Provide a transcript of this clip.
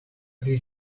pri